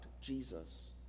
Jesus